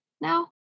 now